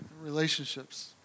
relationships